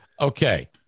Okay